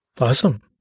Awesome